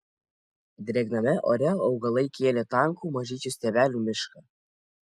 drėgname ore augalai kėlė tankų mažyčių stiebelių mišką